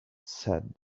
said